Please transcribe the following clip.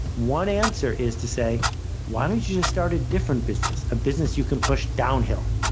one answer is to say why don't you just start a different business, a business you can push downhill?